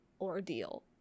ordeal